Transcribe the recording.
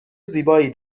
زیبایی